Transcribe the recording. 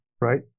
right